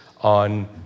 on